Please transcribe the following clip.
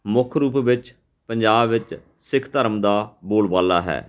ਮੁੱਖ ਰੂਪ ਵਿੱਚ ਪੰਜਾਬ ਵਿੱਚ ਸਿੱਖ ਧਰਮ ਦਾ ਬੋਲਬਾਲਾ ਹੈ